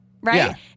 right